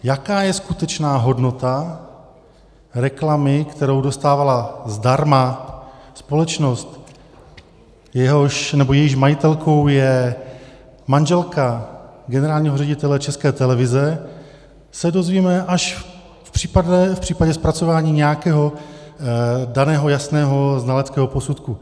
Jaká je skutečná hodnota reklamy, kterou dostávala zdarma společnost, jejíž majitelkou je manželka generálního ředitele České televize, se dozvíme až v případě zpracování nějakého jasného znaleckého posudku.